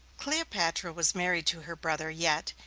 cleopatra was married to her brother yet,